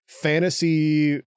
fantasy